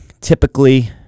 typically